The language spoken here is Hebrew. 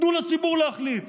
תנו לציבור להחליט.